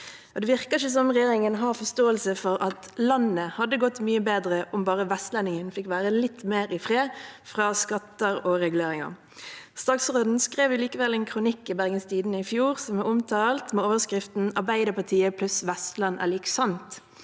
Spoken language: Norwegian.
Det virker ikke som regjeringen har forståelse for at landet hadde gått mye bedre om bare vestlendingen fikk være litt mer i fred fra skatter og reguleringer. Statsråden skrev likevel en kronikk i Bergens Tidende i fjor som er omtalt, med overskriften «Arbeiderpartiet + Vestlandet = sant».